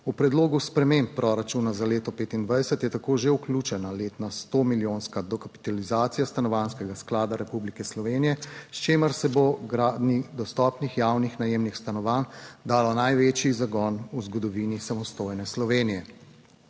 V predlogu sprememb proračuna za leto 2025 je tako že vključena letna sto milijonska dokapitalizacija Stanovanjskega sklada Republike Slovenije, s čimer se bo gradnji dostopnih javnih najemnih stanovanj dalo največji zagon v zgodovini samostojne Slovenije.